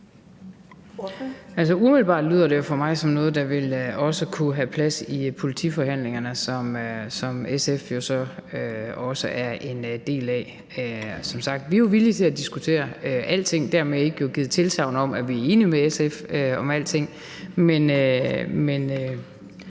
Umiddelbart lyder det for mig som noget, der også vil kunne have plads i politiforhandlingerne, som SF jo også er en del af. Som sagt: Vi er villige til at diskutere alting, men har dermed ikke givet tilsagn om, at vi er enige med SF om alting. Men